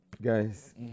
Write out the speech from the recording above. guys